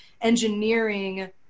engineering